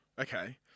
Okay